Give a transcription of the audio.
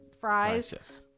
fries